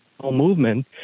Movement